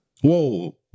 Whoa